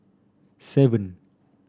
seven